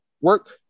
work